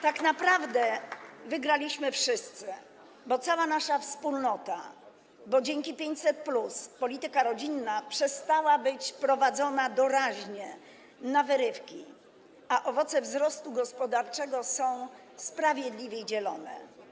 Tak naprawdę wygraliśmy wszyscy, cała nasza wspólnota, bo dzięki 500+ polityka rodzinna przestała być prowadzona doraźnie, na wyrywki, a owoce wzrostu gospodarczego są sprawiedliwie dzielone.